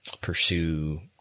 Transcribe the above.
pursue